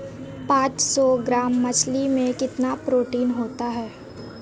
पांच सौ ग्राम मछली में कितना प्रोटीन होता है?